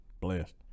blessed